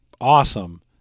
awesome